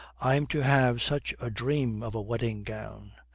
i'm to have such a dream of a wedding gown.